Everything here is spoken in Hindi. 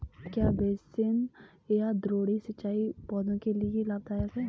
क्या बेसिन या द्रोणी सिंचाई पौधों के लिए लाभदायक है?